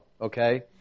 Okay